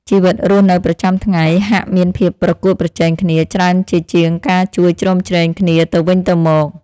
ជីវិតរស់នៅប្រចាំថ្ងៃហាក់មានភាពប្រកួតប្រជែងគ្នាច្រើនជាជាងការជួយជ្រោមជ្រែងគ្នាទៅវិញទៅមក។